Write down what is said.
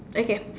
okay